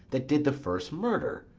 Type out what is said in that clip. that did the first murder!